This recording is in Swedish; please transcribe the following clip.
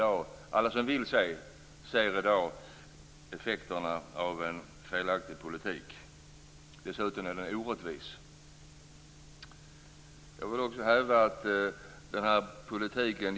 Alla som vill ser i dag effekterna av en felaktig politik. Dessutom är den orättvis.